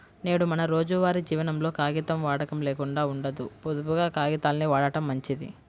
నేడు మన రోజువారీ జీవనంలో కాగితం వాడకం లేకుండా ఉండదు, పొదుపుగా కాగితాల్ని వాడటం మంచిది